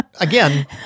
again